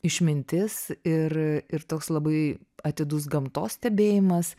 išmintis ir ir toks labai atidus gamtos stebėjimas